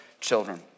children